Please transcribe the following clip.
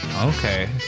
Okay